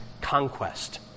conquest